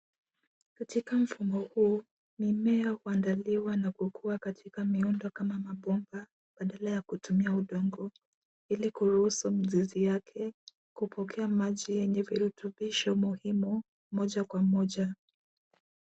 katika mfumo huu mimea upandiliwa na kukua katika miundo kama mabomba badala ya kutumia udongo hili kuruhusu mizizi yake kupokea maji yenye virutubisho muhimu moja kwa moja.